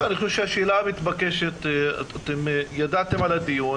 אני חושב שהשאלה המתבקש היא אתם ידעתם על הדיון,